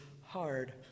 hard